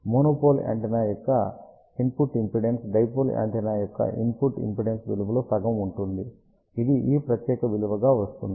monopole antenna యొక్క input impedance dipole antenna యొక్క input impedance విలువలో సగం ఉంటుంది ఇది ఈ ప్రత్యేక విలువగా వస్తుంది